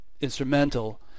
instrumental